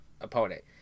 opponent